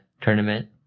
tournament